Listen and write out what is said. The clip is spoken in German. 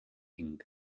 inc